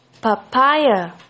papaya